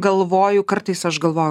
galvoju kartais aš galvo